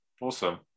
awesome